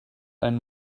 ein